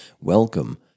Welcome